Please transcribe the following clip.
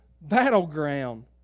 battleground